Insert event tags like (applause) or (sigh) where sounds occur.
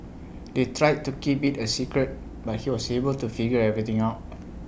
they tried to keep IT A secret but he was able to figure everything out (noise)